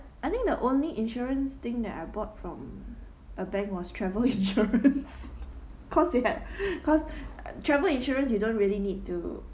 I think the only insurance thing that I bought from a bank was travel insurance cause they are cause uh travel insurance you don't really need to